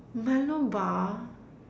Milo bar